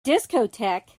discotheque